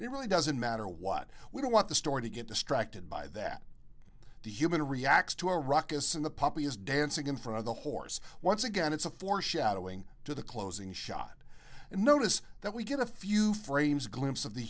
something it really doesn't matter what we don't want the story to get distracted by that the human reacts to a ruckus and the puppy is dancing in front of the horse once again it's a foreshadowing to the closing shot and notice that we get a few frames a glimpse of the